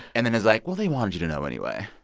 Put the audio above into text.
and then is like, well, they wanted you to know anyway.